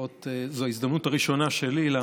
לפחות זו ההזדמנות הראשונה שלי לעמוד כאן.